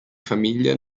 famiglia